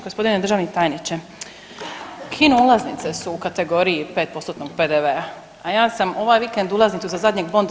Gospodine državni tajniče, kino ulaznice su u kategoriji 5%-tnog PDV-a, a ja sam ovaj vikend ulaznicu za zadnjeg Bonda